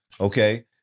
okay